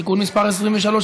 (תיקון מס' 23),